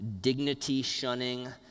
dignity-shunning